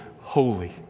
holy